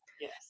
yes